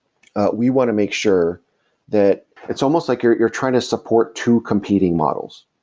we want to make sure that it's almost like you're you're trying to support two competing models,